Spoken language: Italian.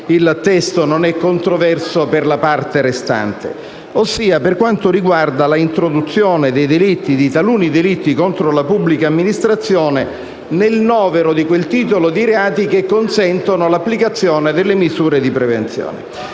il testo non è controverso per la restante parte - e cioè l'introduzione di taluni delitti contro la pubblica amministrazione nel novero di quel titolo di reati che consente l'applicazione delle misure di prevenzione.